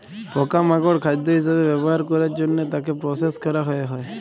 পকা মাকড় খাদ্য হিসবে ব্যবহার ক্যরের জনহে তাকে প্রসেস ক্যরা হ্যয়ে হয়